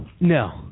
No